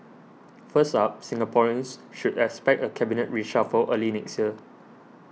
first up Singaporeans should expect a Cabinet reshuffle early next year